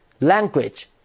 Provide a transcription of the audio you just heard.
language